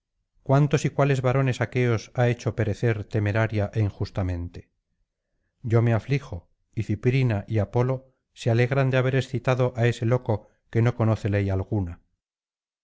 cuántos y cuáles varones aqueos ha hecho perecer temeraria é injustamente yo me aflijo y ciprina y apolo se alegran de haber excitado á ese loco que no conoce ley alguna